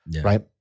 right